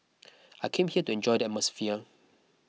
I came here to enjoy the atmosphere